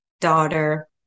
daughter